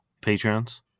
patrons